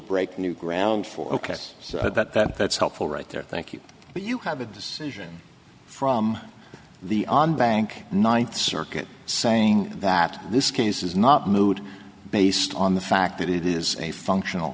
break new ground for ok so that's helpful right there thank you but you have a decision from the on bank ninth circuit saying that this case is not moot based on the fact that it is a functional